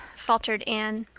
faltered anne.